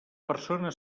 persona